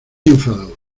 enfadado